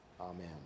Amen